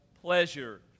pleasure